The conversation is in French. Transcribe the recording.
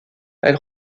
elle